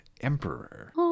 emperor